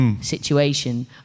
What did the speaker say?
situation